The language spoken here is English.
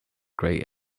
great